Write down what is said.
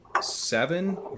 seven